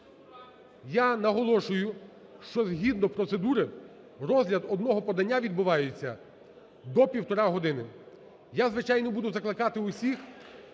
Я наголошую, що згідно процедури розгляд одного подання відбувається до півтори години. Я, звичайно, буду закликати усіх,